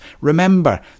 Remember